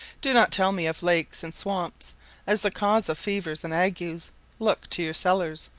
do not tell me of lakes and swamps as the cause of fevers and agues look to your cellars,